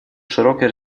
широкое